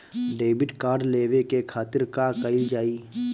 Debit card लेवे के खातिर का कइल जाइ?